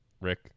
rick